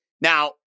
Now